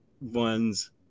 ones